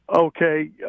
Okay